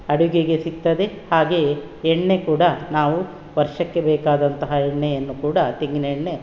ಅಡುಗೆಗೆ ಸಿಗ್ತದೆ ಹಾಗೆಯೇ ಎಣ್ಣೆ ಕೂಡ ನಾವು ವರ್ಷಕ್ಕೆ ಬೇಕಾದಂತಹ ಎಣ್ಣೆಯನ್ನು ಕೂಡ ತೆಂಗಿನೆಣ್ಣೆ